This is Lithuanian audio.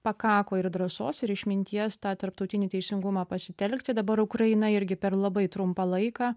pakako ir drąsos ir išminties tą tarptautinį teisingumą pasitelkti dabar ukraina irgi per labai trumpą laiką